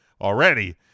already